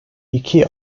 iki